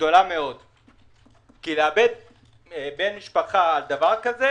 גדולה מאוד כי לאבד בן משפחה בדבר כזה